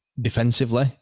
defensively